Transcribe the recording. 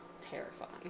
terrifying